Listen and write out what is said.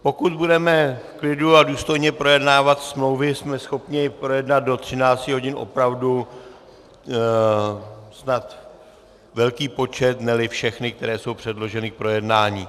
Pokud budeme v klidu a důstojně projednávat smlouvy, jsme schopni projednat do 13 hodin opravdu snad velký počet, neli všechny, které jsou předloženy k projednání.